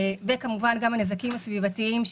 וכמובן גם הנזקים הסביבתיים,